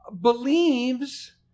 believes